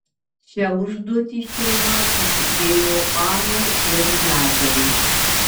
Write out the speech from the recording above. šią užduotį šeima patikėjo anai ir nadiai